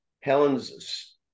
Helen's